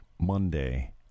Monday